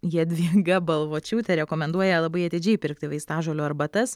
jadvyga balvočiūtė rekomenduoja labai atidžiai pirkti vaistažolių arbatas